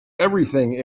everything